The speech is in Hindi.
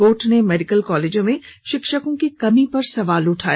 कोर्ट ने मेडिकल कॉलेजों में शिक्षकों की कमी पर सवाल उठाया